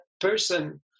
person